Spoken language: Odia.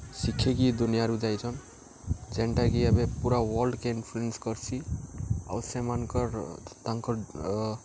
ଶିଖେଇକି ଇ ଦୁନିଆରୁ ଯାଇଚନ୍ ଯେନ୍ଟାକି ଏବେ ପୁରା ୱାର୍ଲ୍ଡକେ ଇନଫ୍ଲୁଏନ୍ସ କର୍ସି ଆଉ ସେମାନଙ୍କର୍ ତାଙ୍କର୍